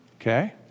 Okay